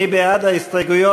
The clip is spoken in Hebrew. מי בעד ההסתייגויות?